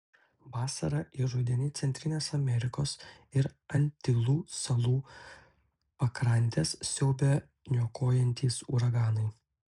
vasarą ir rudenį centrinės amerikos ir antilų salų pakrantes siaubia niokojantys uraganai